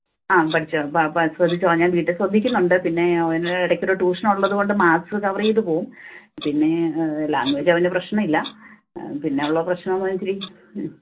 ആ പഠിച്ചോ പ പ ശ്രദ്ധിച്ചോളാം ഞാന് വീട്ടില് ശ്രദ്ധിക്കുന്നുണ്ട് പിന്നെ അവന് ഇടയ്ക്ക് ഒരു ട്യൂഷൻ ഉള്ളത് കൊണ്ട് മാക്സ് കവറ് ചെയ്ത് പോകും പിന്നെ ലാംഗ്വേജ് അവന് പ്രശ്നമില്ല പിന്നെ ഉള്ള പ്രശ്നം എന്നാൽ ഇച്ചിരി ഉം